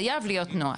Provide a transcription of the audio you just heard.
חייב להיות נוהל.